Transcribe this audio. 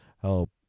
help